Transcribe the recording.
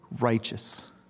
righteous